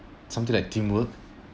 something like teamwork